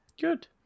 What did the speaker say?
Good